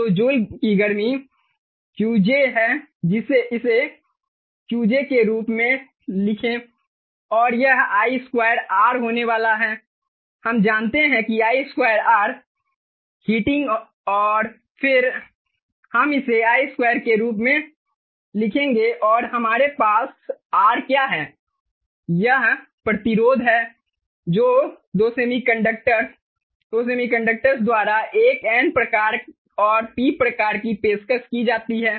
तो जूल की गर्मी Qj है इसे Qj के रूप में लिखें और यह I2 R होने वाला है हम जानते हैं कि I2 R हीटिंग और फिर हम इसे I2 के रूप में लिखेंगे और हमारे पास R क्या है यह प्रतिरोध है जो 2 सेमीकंडक्टर्स 2 सेमीकंडक्टर्स द्वारा एक N प्रकार और P प्रकार की पेशकश की जाती है